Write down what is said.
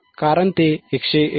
कारण ते 159